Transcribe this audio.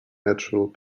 natural